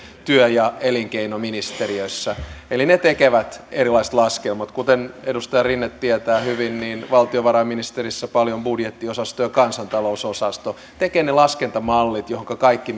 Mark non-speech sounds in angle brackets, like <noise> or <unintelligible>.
työ ja elinkeinoministeriössä eli ne tekevät erilaiset laskelmat kuten edustaja rinne tietää hyvin valtiovarainministeriössä paljolti budjettiosasto ja kansantalousosasto tekevät ne laskentamallit joihinka kaikki <unintelligible>